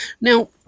Now